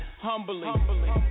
Humbly